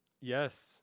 Yes